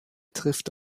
trifft